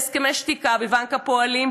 בהסכם השתיקה בבנק הפועלים,